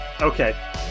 Okay